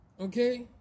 Okay